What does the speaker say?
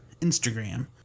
Instagram